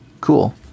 Cool